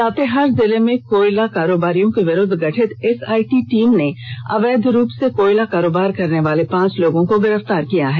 लातेहार जिले में कोयला कारोबारियों के विरूद्व गठित एसआईटी टीम ने अवैध रूप से कोयला कारोबार करनेवाले पांच लोगों को गिरफ्तार किया है